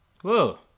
Whoa